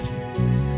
Jesus